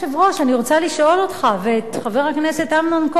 אני רוצה לשאול אותך ואת חבר הכנסת אמנון כהן,